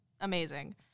amazing